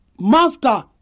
master